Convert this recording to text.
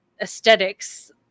aesthetics